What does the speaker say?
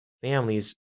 families